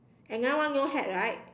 another one no hat right